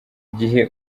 gihe